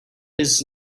his